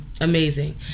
Amazing